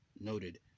noted